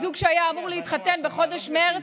זוג שהיה אמור להתחתן בחודש מרץ,